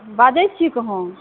बाजै छी कहाँ